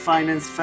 Finance